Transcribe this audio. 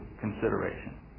consideration